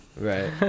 Right